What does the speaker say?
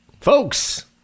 folks